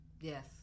yes